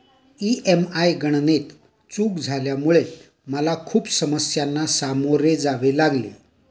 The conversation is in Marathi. ई.एम.आय गणनेत चूक झाल्यामुळे मला खूप समस्यांना सामोरे जावे लागले